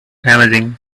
amazing